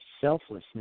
selflessness